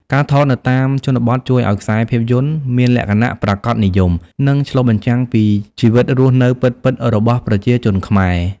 ការថតនៅតាមជនបទជួយឲ្យខ្សែភាពយន្តមានលក្ខណៈ ប្រាកដនិយម និងឆ្លុះបញ្ចាំងពីជីវិតរស់នៅពិតៗ របស់ប្រជាជនខ្មែរ។